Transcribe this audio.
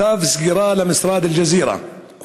צו סגירה למשרדי אל-ג'זירה.